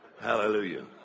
hallelujah